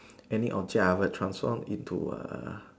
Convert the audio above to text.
any object I will transform into a